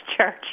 Church